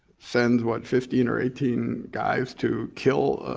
sends what fifteen or eighteen guys to kill a